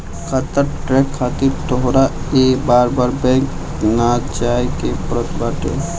खाता ट्रैक खातिर तोहके बार बार बैंक ना जाए के पड़त बाटे